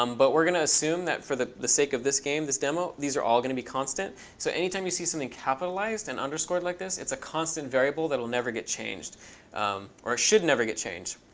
um but we're going to assume that for the the sake of this game, this demo, these are all going to be constant. so anytime you see something capitalized and underscored like this, it's a constant variable that will never get changed or should never get change.